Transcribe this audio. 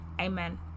amen